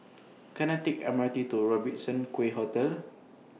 Can I Take M R T to Robertson Quay Hotel